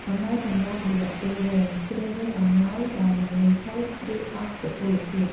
អំណោយសម្រាប់រយៈពេលវែង ជ្រើសរើសអំណោយដែលមិនងាយខូច ឬអស់សុពលភាព។